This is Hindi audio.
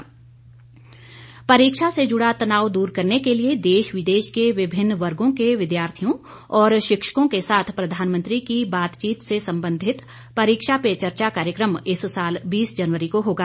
प्रधानमंत्री परीक्षा पे चर्चा परीक्षा से जुड़ा तनाव दूर करने के लिए देश विदेश के विभिन्न वर्गो के विद्यार्थियों और शिक्षकों के साथ प्रधानमंत्री की बातचीत से संबंधित परीक्षा पे चर्चा कार्यक्रम इस साल बीस जनवरी को होगा